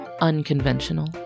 unconventional